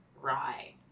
rye